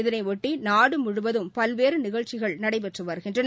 இதனையொட்டி நாடு முழுவதும் பல்வேறு நிகழ்ச்சிகள் நடைபெற்று வருகின்றன